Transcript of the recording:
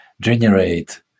generate